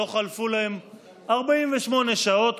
לא חלפו להן 48 שעות,